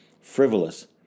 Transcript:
frivolous